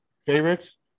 favorites